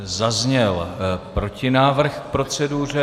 Zazněl protinávrh k proceduře.